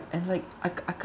and like I can't I can't